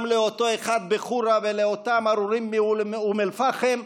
גם לאותו אחד בחורה ולאותם ארורים מאום אל-פחם,